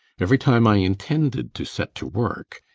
every time i intended to set to work,